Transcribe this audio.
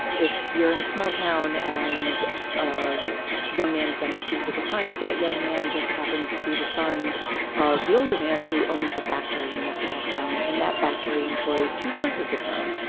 if you're in a small town and a young man has been accused of a crime, but that young man just happens to be the son of the older man who owns the factory in the small town and that factory employees two thirds of the town.